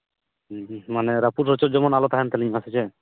ᱢᱟᱱᱮ ᱨᱟᱹᱯᱩᱫ ᱨᱚᱪᱚᱫ ᱡᱮᱢᱚᱱ ᱟᱞᱚ ᱛᱟᱦᱮᱱ ᱛᱟᱞᱤᱧ ᱢᱟ ᱥᱮ ᱪᱮᱫ